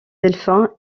delphin